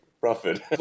profit